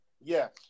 Yes